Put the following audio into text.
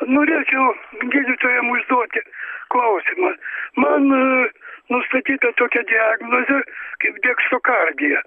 norėčiau gydytojam užduoti klausimą man nustatyta tokia diagnozė kaip deksokardija